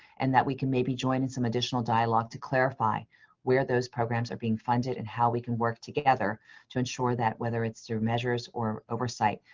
and that we can maybe join in some additional dialogue to clarify where those programs are being funded and how we can work together to ensure that, whether it's through measures or oversight,